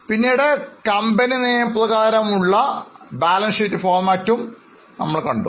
പിന്നീട് കമ്പനി നിയമപ്രകാരം ഉള്ള ബാലൻസ് ഷീറ്റ് ഫോർമാറ്റും നമ്മൾ കണ്ടു